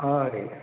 हय रे